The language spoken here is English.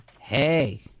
Hey